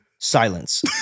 Silence